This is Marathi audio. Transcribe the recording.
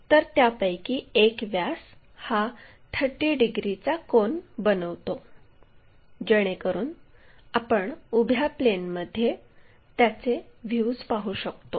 तर त्यापैकी एक व्यास हा 30 डिग्रीचा कोन बनवतो जेणेकरुन आपण उभ्या प्लेनमध्ये त्याचे व्ह्यूज पाहू शकतो